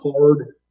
hard